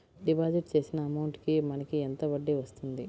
Deposit చేసిన amount కి మనకి ఎంత వడ్డీ వస్తుంది?